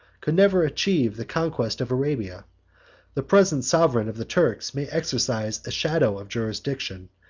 could never achieve the conquest of arabia the present sovereign of the turks may exercise a shadow of jurisdiction,